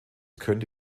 könnte